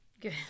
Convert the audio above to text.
Good